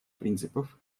принципов